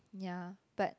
ya but